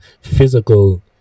physical